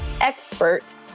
expert